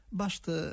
basta